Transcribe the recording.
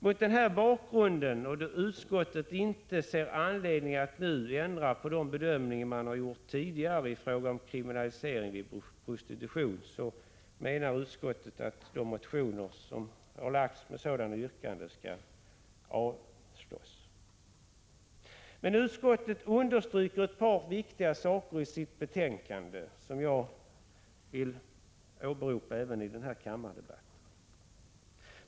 Mot denna bakgrund och då utskottet inte ser anledning att nu ändra på de bedömningar man gjort tidigare i fråga om kriminalisering vid prostitution, menar utskottet att motionerna med sådana yrkanden skall avslås. Men utskottet understryker ett par viktiga saker i sitt betänkande, som jag vill åberopa även i kammardebatten.